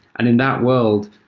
and in that world,